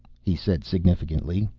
he said significantly.